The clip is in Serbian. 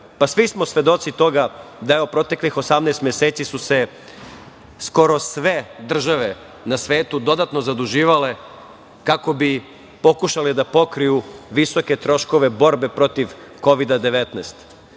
pa svi smo svedoci toga da evo proteklih 18 meseci su se skoro sve države na svetu dodatno zaduživale kako bi pokušale da pokriju visoke troškove borbe protiv Kovida 19.